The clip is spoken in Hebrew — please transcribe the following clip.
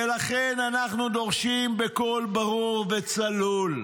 ולכן אנחנו דורשים בקול ברור וצלול: